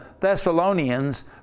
thessalonians